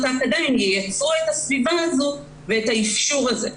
האקדמיים יצרו את הסביבה הזאת ויאפשרו את זה.